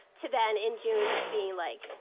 to then in june being like,